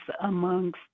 amongst